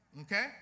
Okay